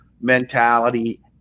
mentality